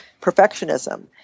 perfectionism